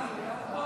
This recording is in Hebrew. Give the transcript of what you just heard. ההצעה